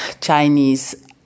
Chinese